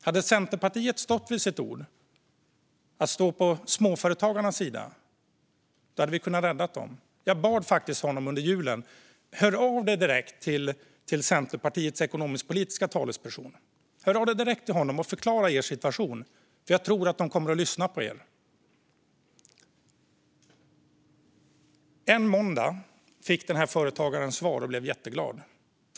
Om Centerpartiet stått vid sitt ord, att stå på småföretagarnas sida, hade vi räddat dem. Under julen bad jag företagaren att höra av sig direkt till Centerpartiets ekonomisk-politiska talesperson och förklara situationen eftersom jag trodde att partiet skulle lyssna på dem. En måndag fick företagaren svar och blev jätteglad.